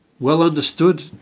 well-understood